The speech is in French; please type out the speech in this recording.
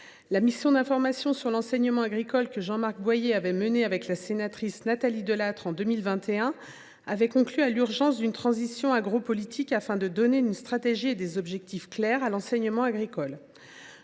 La mission d’information sur l’enseignement agricole, que Jean Marc Boyer avait menée avec la sénatrice Nathalie Delattre en 2021, avait conclu à l’urgence d’une transition agropolitique afin de donner une stratégie et des objectifs clairs à l’enseignement agricole.